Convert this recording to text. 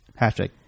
Hashtag